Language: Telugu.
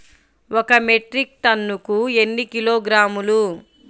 ఒక మెట్రిక్ టన్నుకు ఎన్ని కిలోగ్రాములు?